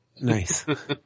Nice